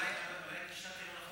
אולי קישרתי לא נכון,